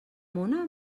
mona